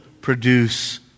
produce